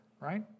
right